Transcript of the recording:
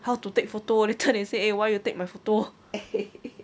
how to take photo later they say eh why you take my photo